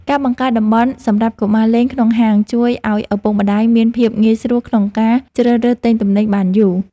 ការបង្កើតតំបន់សម្រាប់កុមារលេងក្នុងហាងជួយឱ្យឪពុកម្តាយមានភាពងាយស្រួលក្នុងការជ្រើសរើសទិញទំនិញបានយូរ។